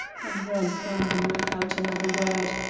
and ran from him without another word,